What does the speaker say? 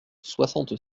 soixante